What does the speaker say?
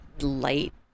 light